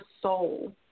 soul